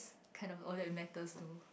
kind of all that matters though